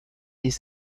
des